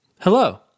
Hello